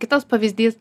kitas pavyzdys